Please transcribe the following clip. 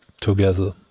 together